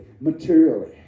materially